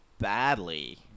badly